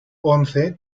once